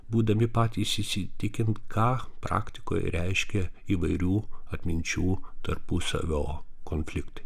būdami patys įsitikint ką praktikoj reiškia įvairių atminčių tarpusavio konfliktai